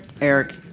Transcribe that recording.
Eric